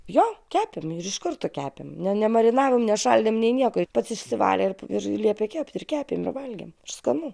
jo kepėm ir iš karto kepėm nemarinavom nešaldėm nei niekp pats išsivalė ir ir liepė kept ir kepėm ir valgėm skanu